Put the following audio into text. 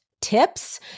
tips